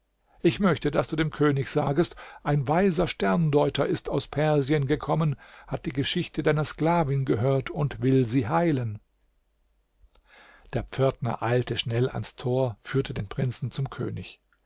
ich möchte daß du dem könig sagest ein weiser sterndeuter ist aus persien gekommen hat die geschichte deiner sklavin gehört und will sie heilen der pförtner eilte schnell ans tor führte den prinzen zum könig